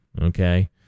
Okay